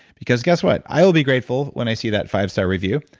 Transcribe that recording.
because guess what? i will be grateful when i see that five star review,